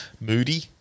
moody